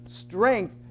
strength